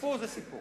סיפור זה סיפור.